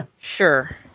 Sure